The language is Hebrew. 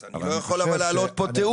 אבל אני חושב ש- אני רוצה להעלות פה טיעון.